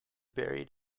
buried